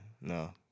no